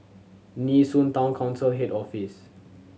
Nee Soon Town Council Head Office